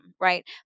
right